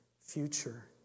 future